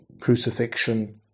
crucifixion